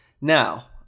Now